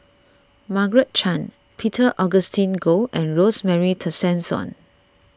Margaret Chan Peter Augustine Goh and Rosemary Tessensohn